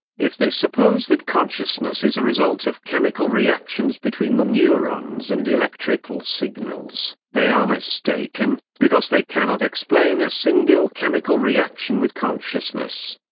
if they suppose that consciousness is a result of chemical reactions between the neurons and electrical signals, they are mistaken, because they cannot explain a single chemical reaction with consciousness.